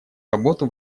работу